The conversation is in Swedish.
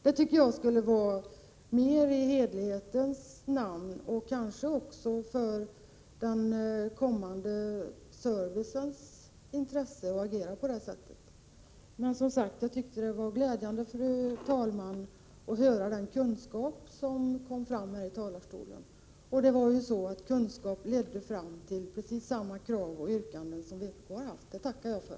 Jag tycker att det skulle vara mera i hederlighetens namn. Det kanske också skulle vara mera i servicens och kollektivtrafikens intresse att agera på det sättet. Jag tyckte som sagt, fru talman, att det var glädjande att höra den kunskap som kom till uttryck här i talarstolen. Det var ju så att kunskap ledde fram till precis samma krav och yrkanden som vpk har. Det tackar jag för.